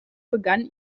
begann